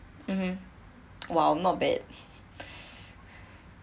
mmhmm !wow! not bad